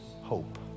hope